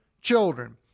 children